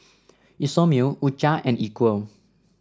Isomil U Cha and Equal